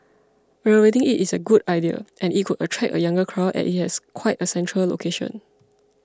renovating it is a good idea and it could attract a younger crowd as it has quite a central location